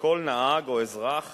לכל נהג או אזרח